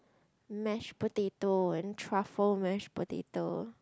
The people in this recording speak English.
mashed potato and truffle mashed potato